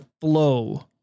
flow